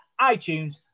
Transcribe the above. iTunes